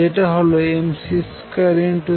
যেটা হল mc21 v2c2h